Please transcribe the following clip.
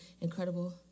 incredible